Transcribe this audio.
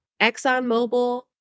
ExxonMobil